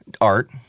Art